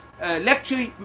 lecture